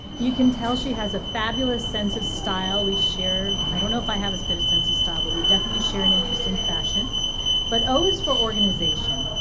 you can tell she has a fabulous sense of style. we share i don't know if i have as good a sense of style but we definitely share an interest in fashion but o it's for organization.